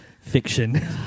fiction